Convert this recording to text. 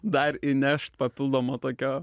dar įnešt papildomą tokią